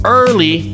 early